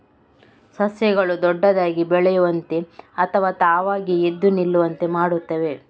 ಸಸ್ಯಗಳು ದೊಡ್ಡದಾಗಿ ಬೆಳೆಯುವಂತೆ ಅಥವಾ ತಾವಾಗಿಯೇ ಎದ್ದು ನಿಲ್ಲುವಂತೆ ಮಾಡುತ್ತವೆ